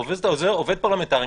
עוזר פרלמנטרי,